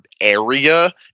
area